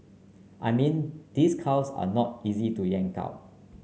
I mean these cows are not easy to yank out